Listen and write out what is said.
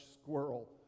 squirrel